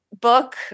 book